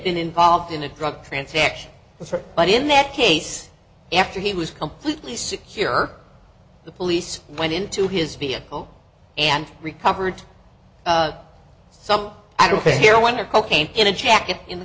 been involved in a drug transaction but in that case after he was completely secure the police went into his vehicle and recovered some here wonder cocaine in a jacket in the